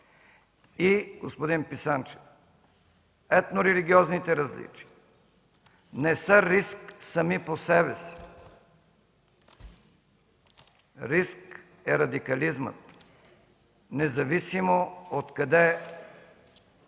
Господин Писанчев, етнорелигиозните различия не са риск сами по себе си. Риск е радикализмът, независимо откъде